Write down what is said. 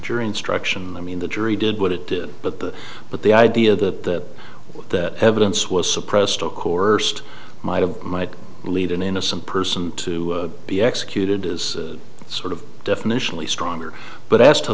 jury instruction i mean the jury did what it did but the but the idea that that evidence was suppressed or coerced might have might lead an innocent person to be executed is sort of definitional stronger but as to